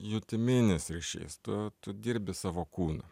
jutiminis ryšys tu tu dirbi savo kūnu